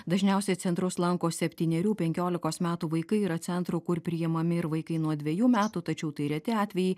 dažniausiai centrus lanko septynerių penkiolikos metų vaikai yra centrų kur priimami ir vaikai nuo dvejų metų tačiau tai reti atvejai